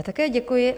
Také děkuji.